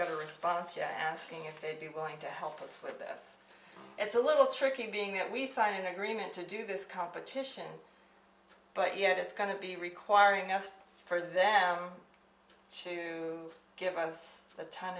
got a response yeah asking if they'd be willing to help us with this it's a little tricky being that we signed an agreement to do this competition but yet it's going to be requiring us for them to give us